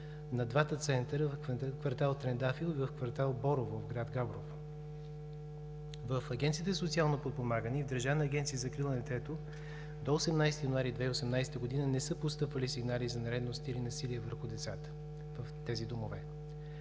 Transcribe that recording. на двата центъра в квартал „Трендафил“ и квартал „Борово“ – град Габрово. В Агенцията за социално подпомагане и Държавната агенция за закрила на детето до 18 януари 2018 г. не са постъпвали сигнали за нередности или насилие върху децата в тези домове.